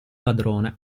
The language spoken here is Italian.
padrone